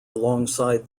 alongside